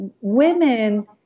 women